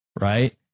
right